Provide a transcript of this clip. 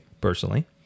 personally